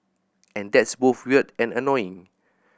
and that's both weird and annoying